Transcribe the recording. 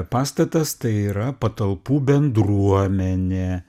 pastatas tai yra patalpų bendruomenė